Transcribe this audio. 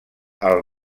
els